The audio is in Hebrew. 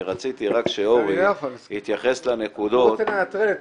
אני רציתי רק שאוֹרי יתייחס לנקודות ------ תנטרל את